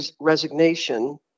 resignation